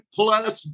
plus